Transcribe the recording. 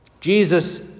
Jesus